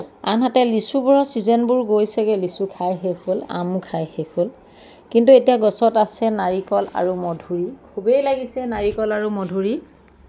আনহাতে লিচুবোৰৰ ছিজন গৈছেগে লিচু খাই শেষ হ'ল আম খাই শেষ হ'ল কিন্তু এতিয়া গছত আছে নাৰিকল আৰু মধুৰি খুবেই লাগিছে নাৰিকল আৰু মধুৰি